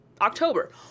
October